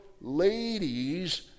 ladies